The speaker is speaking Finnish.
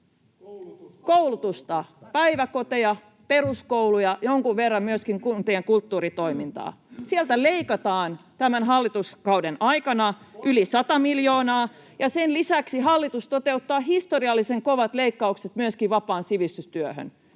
Koulutusta, päiväkoteja, peruskouluja, jonkun verran myöskin kuntien kulttuuritoimintaa. Sieltä leikataan tämän hallituskauden aikana [Aki Lindén: 300 miljoonaa!] yli 100 miljoonaa, ja sen lisäksi hallitus toteuttaa historiallisen kovat leikkaukset myöskin vapaaseen sivistystyöhön.